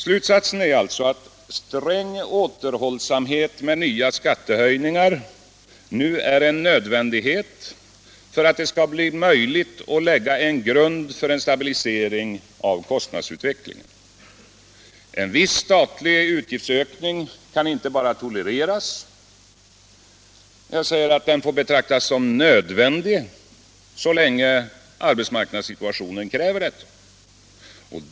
Slutsatsen är alltså att sträng återhållsamhet med nya skattehöjningar nu är en nödvändighet för att det skall bli möjligt att lägga grunden för en stabilisering av kostnadsutvecklingen. En viss statlig utgiftsökning kan inte bara tolereras utan får betraktas som nödvändig så länge arbetsmarknadssituationen kräver detta.